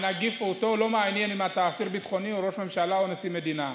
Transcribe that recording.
את הנגיף לא מעניין אם אתה אסיר ביטחוני או ראש ממשלה או נשיא מדינה.